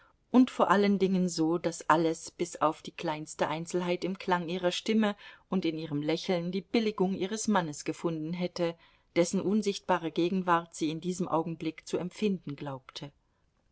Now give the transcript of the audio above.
und vor allen dingen so daß alles bis auf die kleinste einzelheit im klang ihrer stimme und in ihrem lächeln die billigung ihres mannes gefunden hätte dessen unsichtbare gegenwart sie in diesem augenblick zu empfinden glaubte